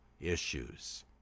issues